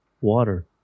Water